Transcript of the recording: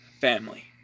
Family